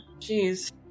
Jeez